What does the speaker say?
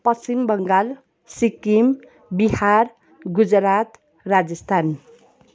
Paschim Bengal Sikkim Bihar Gujarat Rajasthan